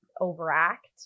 overact